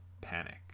Panic